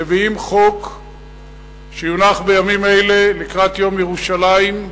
מביאים חוק שיונח בימים אלה, לקראת יום ירושלים,